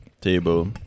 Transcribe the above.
table